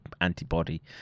antibody